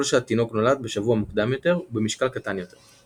שהתינוק נולד בשבוע מוקדם יותר ובמשקל קטן יותר.